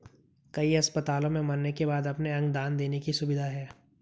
कई अस्पतालों में मरने के बाद अपने अंग दान देने की सुविधा है